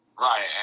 Right